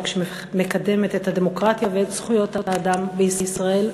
שמקדמת את הדמוקרטיה ואת זכויות האדם בישראל,